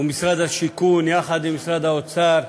ומשרד הבינוי והשיכון, יחד עם משרד האוצר,